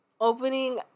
Opening